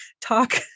talk